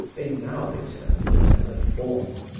they now returned in another form,